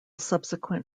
subsequent